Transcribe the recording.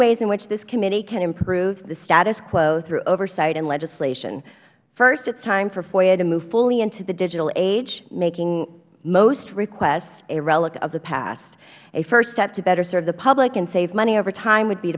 ways in which this committee can improve the status quo through oversight and legislation first it is time for foia to move fully into the digital age making most requests a relic of the past a first step to better serve the public and save money over time would be